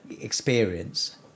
experience